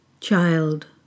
Child